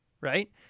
Right